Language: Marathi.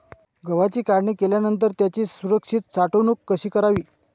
गव्हाची काढणी केल्यानंतर त्याची सुरक्षित साठवणूक कशी करावी?